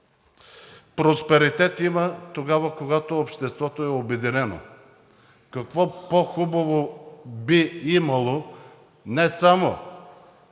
Просперитет има тогава, когато обществото е обединено. Какво по хубаво би имало не само